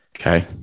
Okay